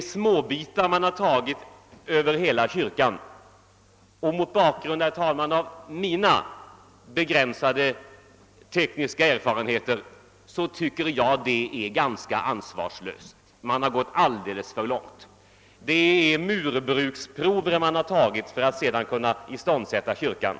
Med mina begränsade tekniska erfarenheter tycker jag detta är ganska ansvarslöst; man har gått alldeles för långt. Det är små murbruksprover man har tagit över hela kyrkan för att sedan kunna iståndsätta den.